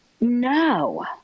No